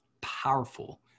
powerful